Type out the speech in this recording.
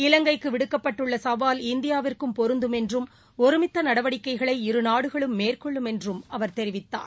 இலங்கைக்குவிடுக்கப்பட்டுள்ளசவால் இந்தியாவிற்கும் பொருந்தும் என்றம் ஒருமித்தநடவடிக்கைகளை இருநாடுகளும் மேற்கொள்ளும் என்றும் அவர் தெரிவித்தார்